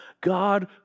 God